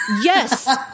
Yes